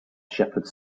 shepherds